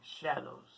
Shadows